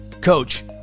coach